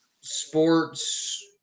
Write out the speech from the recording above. Sports